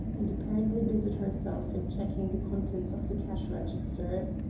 and apparently busied herself in checking the contents of the cash register.